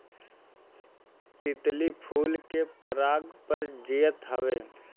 तितली फूल के पराग पर जियत हवे